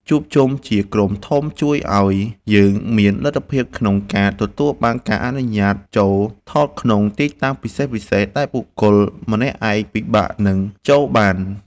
ជួបជុំជាក្រុមធំជួយឱ្យយើងមានលទ្ធភាពក្នុងការទទួលបានការអនុញ្ញាតចូលថតក្នុងទីតាំងពិសេសៗដែលបុគ្គលម្នាក់ឯងពិបាកនឹងចូលបាន។